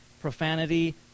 profanity